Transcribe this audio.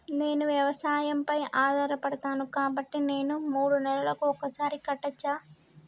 నేను వ్యవసాయం పై ఆధారపడతాను కాబట్టి నేను మూడు నెలలకు ఒక్కసారి కట్టచ్చా?